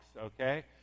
okay